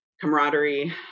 camaraderie